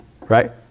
right